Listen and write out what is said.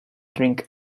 drink